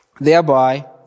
Thereby